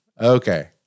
Okay